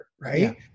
right